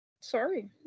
Sorry